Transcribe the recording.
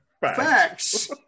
facts